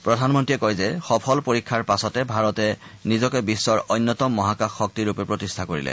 প্ৰধানমন্ত্ৰীয়ে কয় যে সফল পৰীক্ষাৰ পাছতে ভাৰতে নিজকে বিশ্বৰ অন্যতম মহাকাশ শক্তিৰূপে প্ৰতিষ্ঠা কৰিলে